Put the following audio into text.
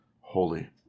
holy